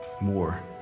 more